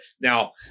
now